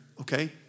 okay